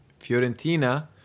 Fiorentina